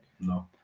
No